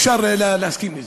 אפשר להסכים לזה.